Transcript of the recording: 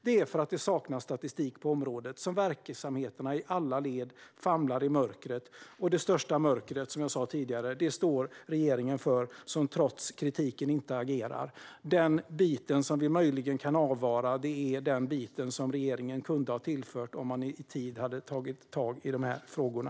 Det är för att det saknas statistik på området som verksamheterna i alla led famlar i mörkret. Det största mörkret står regeringen för, som trots kritiken inte agerar. Den bit som vi möjligen kan avvara är den bit som regeringen kunde ha tillfört om man i tid hade tagit tag i frågorna.